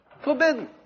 Forbidden